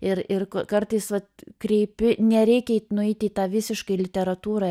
ir ir kartais vat kreipi nereikia nueit į tą visiškai literatūrą